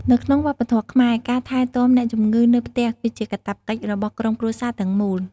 នៅក្នុងវប្បធម៌ខ្មែរ ការថែទាំអ្នកជំងឺនៅផ្ទះគឺជាកាតព្វកិច្ចរបស់ក្រុមគ្រួសារទាំងមូល។